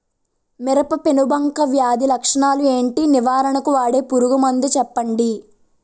మిరప పెనుబంక వ్యాధి లక్షణాలు ఏంటి? నివారణకు వాడే పురుగు మందు చెప్పండీ?